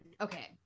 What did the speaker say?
okay